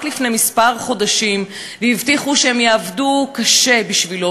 לפני כמה חודשים והבטיחו שהם יעבדו קשה בשבילו,